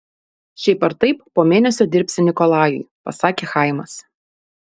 šiaip ar taip po mėnesio dirbsi nikolajui pasakė chaimas